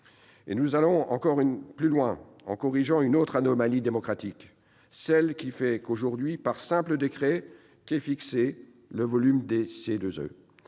! Nous allons encore plus loin, en corrigeant une autre anomalie démocratique : celle qui fait que, aujourd'hui, c'est par simple décret qu'est fixé le volume des CEE,